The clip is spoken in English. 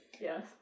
Yes